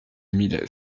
mille